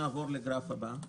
נעבור לשקף הבא.